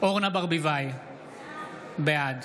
אורנה ברביבאי, בעד